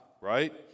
right